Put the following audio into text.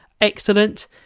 excellent